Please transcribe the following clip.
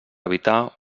evitar